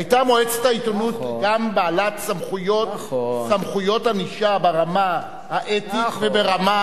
היתה מועצת העיתונות גם בעלת סמכויות וסמכויות ענישה ברמה האתית וברמה